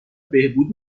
بهبود